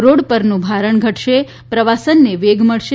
road પરનું ભારણ ઘટશે પ્રવાસને વેગ મળશે